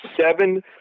seven